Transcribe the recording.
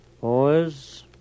boys